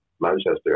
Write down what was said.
Manchester